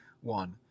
one